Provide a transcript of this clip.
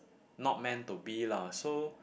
not meant to be lah so